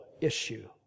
issue